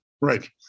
right